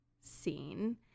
scene